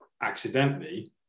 accidentally